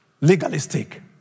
legalistic